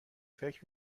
فکر